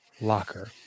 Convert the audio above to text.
Locker